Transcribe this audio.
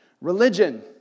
Religion